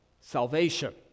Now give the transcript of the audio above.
salvation